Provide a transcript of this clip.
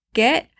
get